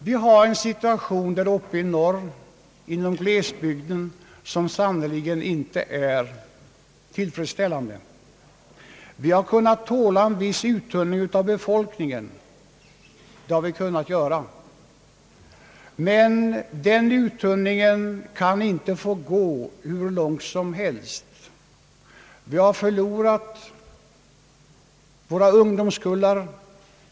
Vi har en situation där uppe i norr inom glesbygden som sannerligen inte är tillfredsställande. Vi har kunnat tåla en viss uttunning av befolkningen, men den uttunningen kan inte få gå hur långt som helst. I mycket stor utsträckning har vi förlorat våra ungdomskullar.